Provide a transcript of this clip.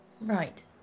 Right